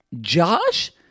Josh